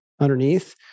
underneath